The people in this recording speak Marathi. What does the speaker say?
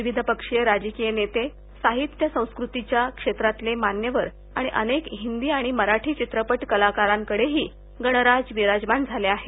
विविध पक्षीय राजकीय नेते साहित्य संस्कृतीच्या क्षेत्रातले मान्यवर आणि अनेक हिंदी आणि मराठी चित्रपट कलाकारांकडेही गणराज विराजमान झाले आहेत